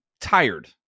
tired